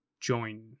join